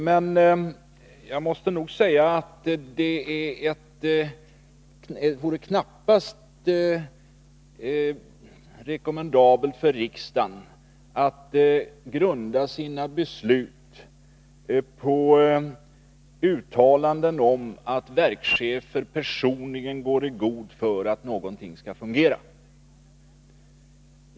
Men jag måste nog säga att det knappast vore rekommendabelt för riksdagen att grunda sina beslut på uttalanden om att verkschefer personligen går i god för att någonting skall fungera.